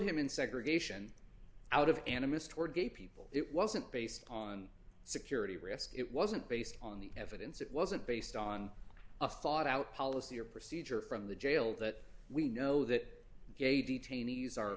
him in segregation out of animist toward gay people it wasn't based on security risk it wasn't based on the evidence it wasn't based on a thought out policy or procedure from the jail that we know that gay detainees